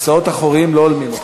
כיסאות אחוריים לא הולמים אותך.